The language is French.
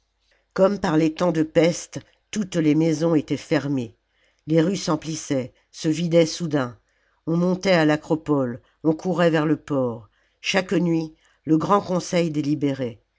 comme par les temps de peste toutes les maisons étaient fermées les rues s'emplissaient se vidaient soudain on montait à l'acropole on courait vers le port chaque nuit le grand conseil délibérait